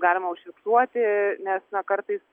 galima užfiksuoti nes na kartais